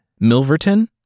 Milverton